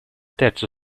terzo